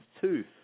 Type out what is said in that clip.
tooth